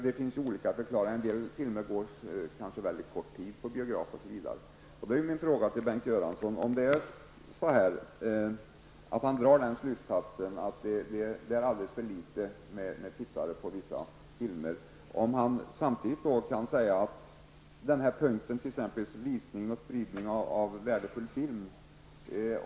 Det finns olika förklaringar till det. En del filmer kanske visas en mycket kort tid på biograferna, osv. Om Bengt Göransson drar slutsatsen att det är alldeles för få människor som ser vissa filmer vill jag ställa en fråga till honom om den punkt som handlar om visning och spridning av värdefull film.